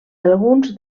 alguns